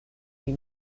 die